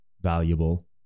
valuable